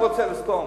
הוא רוצה לסתום.